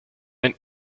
ein